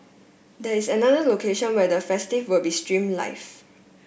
this is another location where the festivities will be streamed live